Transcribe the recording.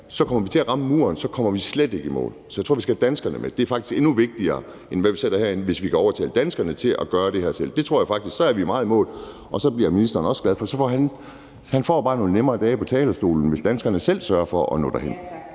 kommer vi til at ramme muren, og så kommer vi slet ikke i mål. Så jeg tror, vi skal have danskerne med. Det er faktisk endnu vigtigere, end hvad vi gør herinde – hvis vi kan overtale danskerne til at gøre det her selv. Så tror jeg, vi er meget i mål, og så bliver ministeren også glad, for så får han nogle nemmere dage på talerstolen, hvis danskerne selv sørger for at nå derhen.